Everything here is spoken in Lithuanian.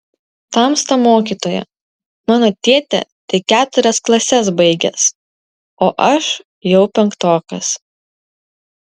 tamsta mokytoja mano tėtė tik keturias klases baigęs o aš jau penktokas